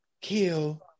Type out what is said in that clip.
kill